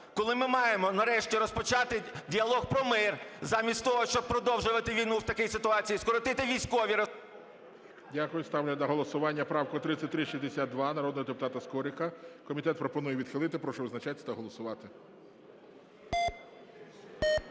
коли ми маємо нарешті розпочати діалог про мир, замість того, щоб продовжувати війну в такий ситуації, скоротити військові … ГОЛОВУЮЧИЙ. Дякую. Ставлю на голосування правку 3362 народного депутат Скорика. Комітет пропонує відхилити. Прошу визначатись та голосувати.